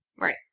Right